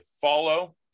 follow